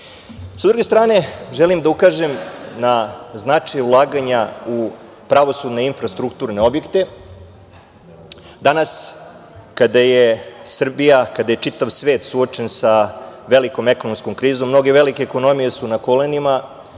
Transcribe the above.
druge strane, želim da ukažem na značaj ulaganja u pravosudne infrastrukturne objekte. Danas kada je Srbija, kada je čitav svet suočen sa velikom ekonomskom krizom mnoge velike ekonomije su na kolenima